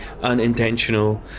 unintentional